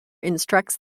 instructs